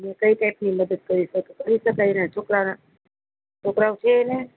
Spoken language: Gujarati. હુ કઈ ટાઈપની મદદ કરી શકું એ તો એના છોકરાના છોકરાઓ છે એને